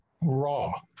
raw